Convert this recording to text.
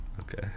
Okay